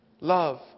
Love